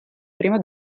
prima